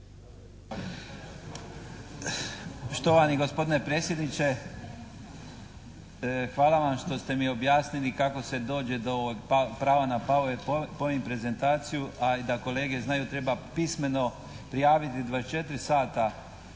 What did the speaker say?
Štovani gospodine predsjedniče, hvala vam što ste mi objasnili kako se dođe do ovog prava na «Power Point» prezentaciju a i da kolege znaju da treba pismeno prijaviti 24 sata